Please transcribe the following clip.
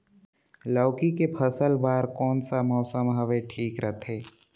लौकी के फसल बार कोन सा मौसम हवे ठीक रथे?